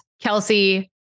Kelsey